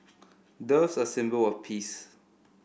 doves are symbol of peace